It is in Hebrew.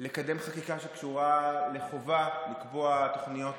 לקדם חקיקה שקשורה לחובה לקבוע תוכניות